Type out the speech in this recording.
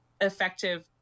effective